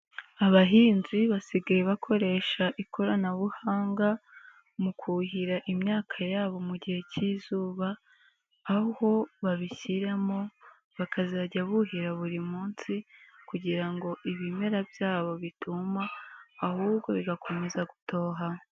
Abahinzi basigaye bakoresha ikoranabuhanga mu kuhira imyaka yabo mu gihe cy'izuba, aho babishyiramo bakazajya buhira buri munsi kugira ngo ibimera byabo bituma ahubwo bigakomeza gutoha.